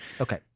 Okay